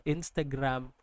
Instagram